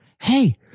Hey